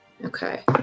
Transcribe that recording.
Okay